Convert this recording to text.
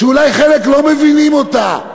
שאולי חלק לא מבינים אותה,